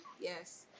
yes